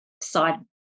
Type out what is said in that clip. side